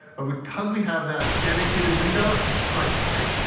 because we have that dedicated window, it's like, hey,